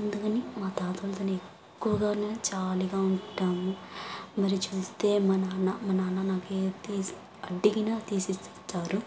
అందుకని మా తాతోళ్లతోని ఎక్కువగానే జాలీగా ఉంటాను మరి చూస్తే మా నాన్న మా నాన్న నాకు ఏది అడిగిన తీసిస్తారు